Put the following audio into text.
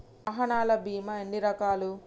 వాహనాల బీమా ఎన్ని రకాలు?